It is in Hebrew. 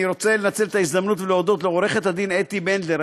אני רוצה לנצל את ההזדמנות ולהודות לעורכת הדין אתי בנדלר,